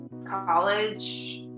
College